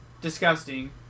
disgusting